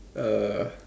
uh